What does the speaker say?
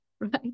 right